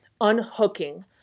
unhooking